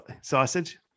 Sausage